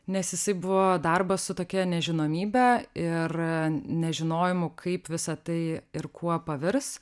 nes jisai buvo darbas su tokia nežinomybe ir nežinojimu kaip visa tai ir kuo pavirs